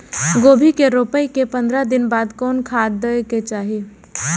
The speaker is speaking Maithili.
गोभी के रोपाई के पंद्रह दिन बाद कोन खाद दे के चाही?